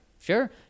Sure